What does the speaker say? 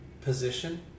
position